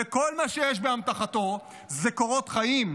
וכל מה שיש באמתחתו זה קורות חיים,